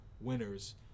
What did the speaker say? winners